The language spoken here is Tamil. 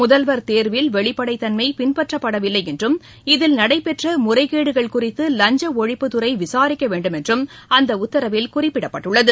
முதல்வர் தேர்வில் வெளிப்படைத்தன்மை பின்பற்றப்படவில்லை என்றும் இதில் நடைபெற்ற முறைகேடுகள் குறித்து வஞ்ச ஒழிப்புத் துறை விசாரிக்க வேண்டும் என்றும் அந்த உத்தரவில் குறிப்பிடப்பட்டுள்ளது